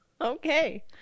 Okay